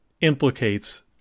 implicates